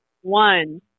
one